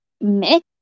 mix